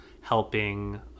Helping